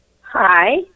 Hi